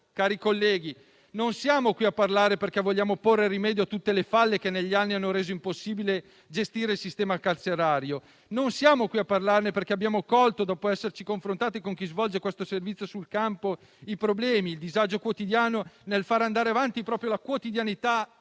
cari colleghi, non siamo qui a parlare perché vogliamo porre rimedio a tutte le falle che negli anni hanno reso impossibile gestire il sistema carcerario. Non siamo qui a parlarne perché abbiamo colto, dopo esserci confrontati con chi svolge questo servizio sul campo, i problemi e il disagio quotidiano nel far andare avanti proprio la quotidianità